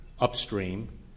upstream